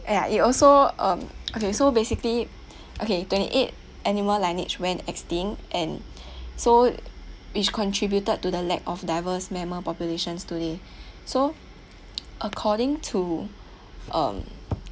ya it also um okay so basically okay twenty eight animal lineage went extinct and so which contributed to the lack of diverse mammal populations today so according to um